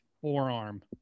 forearm